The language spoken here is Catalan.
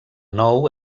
nou